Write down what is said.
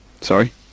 Sorry